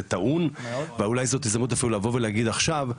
טעון ואולי זאת הזדמנות לבוא ולהגיד עכשיו,